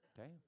Okay